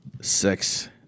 sex